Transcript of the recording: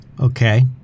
Okay